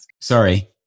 Sorry